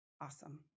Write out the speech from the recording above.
awesome